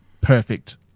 perfect